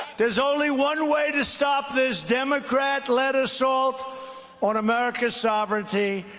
is only one way to stop this democrat led assault on american sovereignty.